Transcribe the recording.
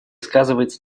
сказывается